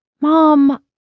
Mom